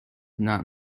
not